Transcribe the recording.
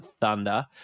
Thunder